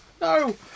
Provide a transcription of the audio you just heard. No